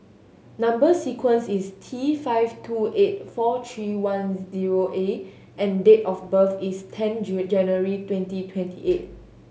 number sequence is T five two eight four three one zero A and date of birth is ten June January twenty twenty eight